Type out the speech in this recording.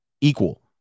equal